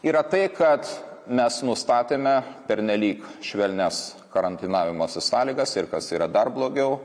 yra tai kad mes nustatėme pernelyg švelnias karantinavimosi sąlygas ir kas yra dar blogiau